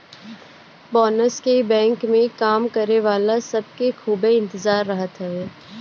bonus के bank में काम करे वाला सब के खूबे इंतजार रहत हवे